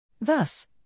Thus